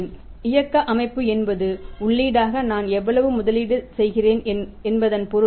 operating structure என்பது உள்ளீடாக நான் எவ்வளவு முதலீடு செய்கிறேன் என்பதன் பொருள்